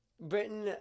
Britain